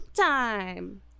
time